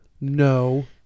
No